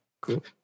Cool